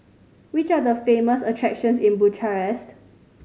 which are the famous attractions in Bucharest